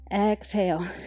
Exhale